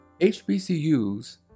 HBCUs